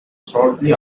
shortly